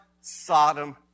Sodom